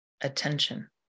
attention